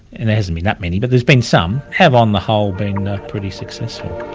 and there hasn't been that many, but there's been some, have on the whole been pretty successful.